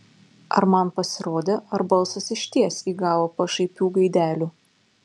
ar man pasirodė ar balsas išties įgavo pašaipių gaidelių